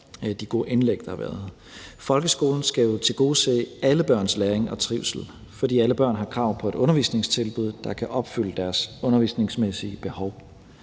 Folkeskolen skal jo tilgodese alle børns læring og trivsel, fordi alle børn har krav på et undervisningstilbud, der kan opfylde deres undervisningsmæssige behov,